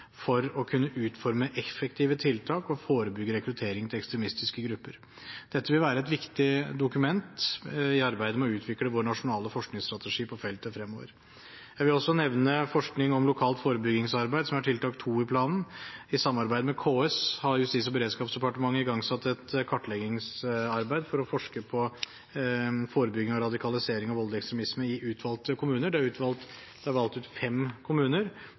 for å kunne utforme effektive tiltak og forebygge rekruttering til ekstremistiske grupper. Dette vil være et viktig dokument i arbeidet med å utvikle vår nasjonale forskningsstrategi på feltet fremover. Jeg vil også nevne forskning på lokalt forebyggingsarbeid, som er tiltak 2 i planen. I samarbeid med KS har Justis- og beredskapsdepartementet igangsatt et kartleggingsarbeid for å forske på forebygging av radikalisering og voldelig ekstremisme i utvalgte kommuner. Det er valgt ut fem kommuner: Fredrikstad, Larvik, Kristiansand, Oslo og Sarpsborg. I tillegg er ytterligere 25 kommuner